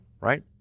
right